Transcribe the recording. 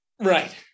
Right